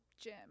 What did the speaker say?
gym